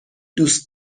دوست